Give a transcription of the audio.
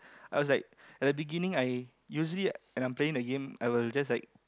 I was like at the beginning I usually when I'm playing the game I will just like